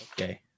Okay